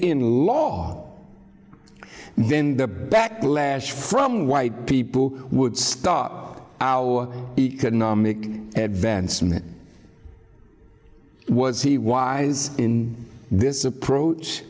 in law then the backlash from white people would stop our economic advancement was he wise in this approach